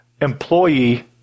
employee